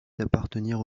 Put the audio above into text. d’appartenir